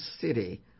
city